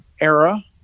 era